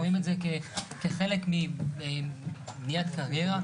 רואים את זה כחלק מבניית קריירה,